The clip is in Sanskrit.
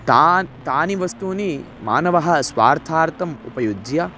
ता तानि वस्तूनि मानवः स्वार्थार्थम् उपयुज्य